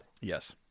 Yes